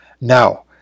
Now